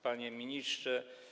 Panie Ministrze!